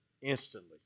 instantly